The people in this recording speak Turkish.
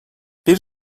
bir